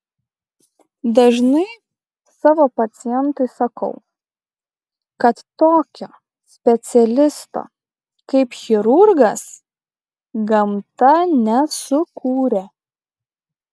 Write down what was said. dažnai savo pacientui sakau kad tokio specialisto kaip chirurgas gamta nesukūrė